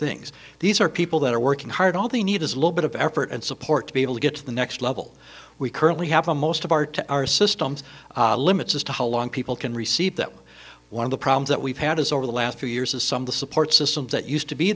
things these are people that are working hard all they need is a little bit of effort and support to be able to get to the next level we currently have the most of our to our systems limits as to how long people can receive that when one of the problems that we've had is over the last few years as some of the support systems that used to be